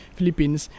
Philippines